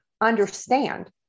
understand